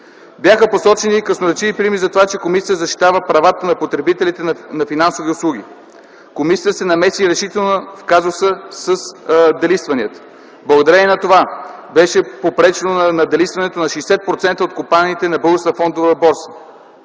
Бяха посочени красноречиви примери за това, че комисията защитава правата на потребителите на финансови услуги. Комисията се намеси решително в казуса с делистванията. Благодарение на това беше попречено на делистването на 60% от компаниите на Българската фондова борса